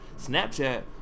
Snapchat